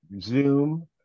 Zoom